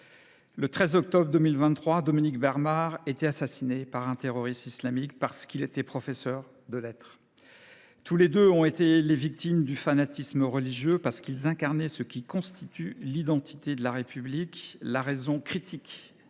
Le 13 octobre 2023, Dominique Bernard était assassiné par un terroriste islamique parce qu’il était professeur de lettres. Tous les deux ont été les victimes du fanatisme religieux parce qu’ils incarnaient ce qui constitue l’identité de la République : la raison critique héritée